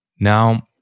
Now